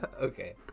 Okay